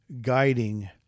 guiding